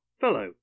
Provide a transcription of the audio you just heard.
fellow